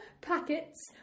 packets